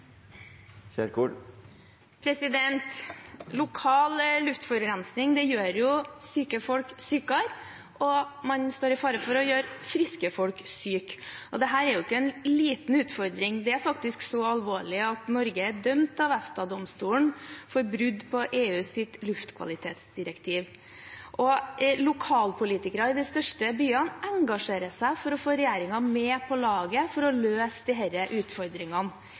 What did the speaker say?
ikke en liten utfordring, det er faktisk så alvorlig at Norge er dømt av EFTA-domstolen for brudd på EUs luftkvalitetsdirektiv. Lokalpolitikere i de største byene – i Oslo, Bergen og Tromsø – engasjerer seg for å få regjeringen med på laget for å løse disse utfordringene. I Tromsø blir de